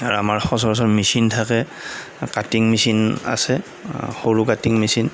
আমাৰ সচৰাচৰ মেচিন থাকে কাটিং মেচিন আছে সৰু কাটিং মেচিন